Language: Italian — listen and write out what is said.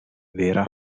vera